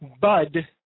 Bud